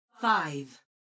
Five